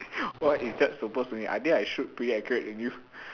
what is that supposed to mean I think I shoot pretty accurate than you